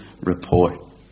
report